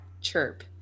chirp